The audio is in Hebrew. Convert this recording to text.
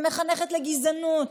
שמחנכת לגזענות,